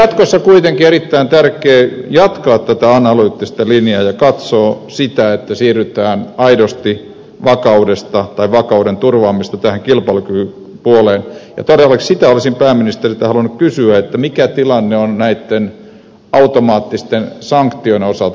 jatkossa olisi kuitenkin erittäin tärkeä jatkaa tätä analyyttistä linjaa ja katsoa sitä että siirrytään aidosti vakauden turvaamisesta kilpailukyvyn puoleen ja todellakin sitä olisin pääministeriltä halunnut kysyä mikä tilanne on näitten automaattisten sanktioiden osalta